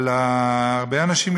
אבל הרבה אנשים,